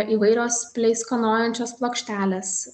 įvairios pleiskanojančios plokštelės